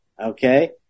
Okay